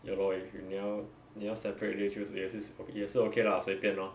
ya lor if you 你要你要 separate day 就是也是也是 okay lah 随便 lor